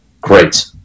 great